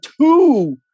two